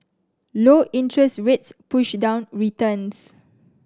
low interest rates push down returns